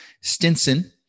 Stinson